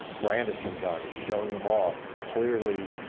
brandishing guns, showing them off clearly,